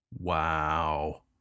Wow